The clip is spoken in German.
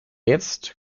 jetzt